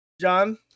John